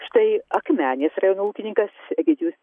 štai akmenės rajono ūkininkas egidijus